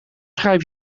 schrijf